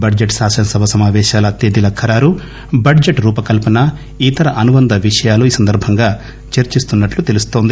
budget శాసన సభ సమాపేశాల తేదీల ఖరారు బడ్లెటు రూపకల్సన ఇతర అనుబంధ విషయాలు ఈ సందర్బంలో చర్చిస్తున్నట్లు తెలుస్తోంది